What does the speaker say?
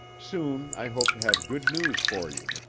soon i hope to have good news for you.